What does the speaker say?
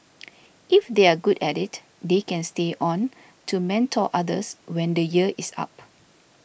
if they are good at it they can stay on to mentor others when the year is up